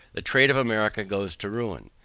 the trade of america goes to ruin,